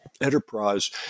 enterprise